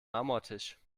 marmortisch